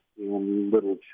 little